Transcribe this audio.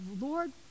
Lord